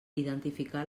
identificar